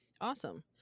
Awesome